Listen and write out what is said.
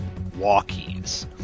walkies